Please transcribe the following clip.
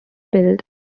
built